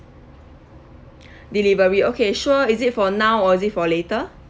delivery okay sure is it for now or is it for later